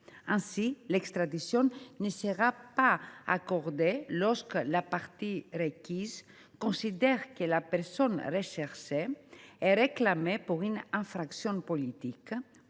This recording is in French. Ainsi, l’extradition ne sera pas accordée lorsque la partie requise considère que la personne recherchée est réclamée pour une infraction politique